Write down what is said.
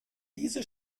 diese